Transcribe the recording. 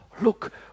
Look